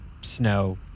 snow